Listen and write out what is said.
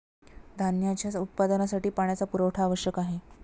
धान्याच्या उत्पादनासाठी पाण्याचा पुरवठा आवश्यक आहे